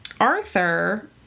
Arthur